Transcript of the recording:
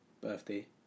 birthday